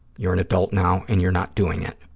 you're an adult now and you're not doing it.